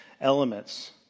elements